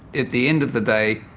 at the end of the day